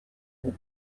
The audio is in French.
vous